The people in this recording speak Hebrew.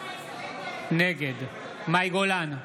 נגד מאי גולן,